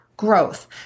growth